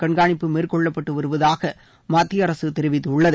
கண்காணிப்பு மேற்கொள்ளப்பட்டு வருவதாக மத்திய அரசு தெரிவித்துள்ளது